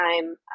time